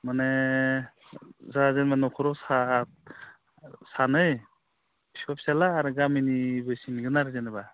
माने जोंहा जेनेबा न'खराव सानै बिफा फिसाज्ला आरो गामिनिबो सिनगोन आरो जेनेबा